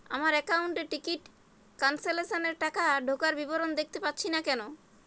আমার একাউন্ট এ ticket cancellation এর টাকা ঢোকার বিবরণ দেখতে পাচ্ছি না কেন?